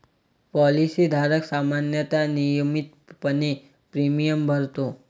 policy धारक सामान्यतः नियमितपणे प्रीमियम भरतो